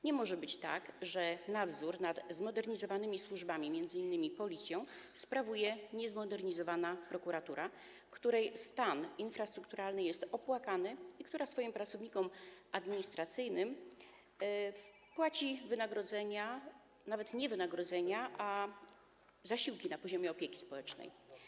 Nie może być tak, że nadzór nad zmodernizowanymi służbami, m.in. Policją, sprawuje niezmodernizowana prokuratura, której stan infrastrukturalny jest opłakany i która swoim pracownikom administracyjnym płaci nawet nie wynagrodzenia, ale zasiłki, na poziomie środków z opieki społecznej.